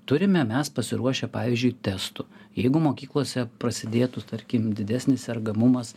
turime mes pasiruošę pavyzdžiui testų jeigu mokyklose prasidėtų tarkim didesnis sergamumas